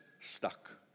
stuck